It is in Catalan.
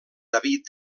david